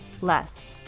less